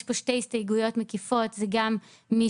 יש פה שתי הסתייגויות מקיפות זה גם מי